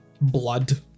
blood